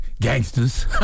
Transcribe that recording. Gangsters